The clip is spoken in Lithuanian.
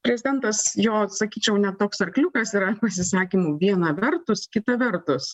prezidentas jo sakyčiau ne toks arkliukas yra pasisakymų viena vertus kita vertus